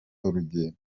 urugendo